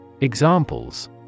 Examples